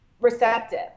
receptive